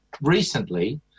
recently